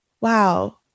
wow